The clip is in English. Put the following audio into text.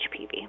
HPV